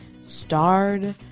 starred